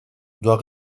doit